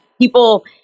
People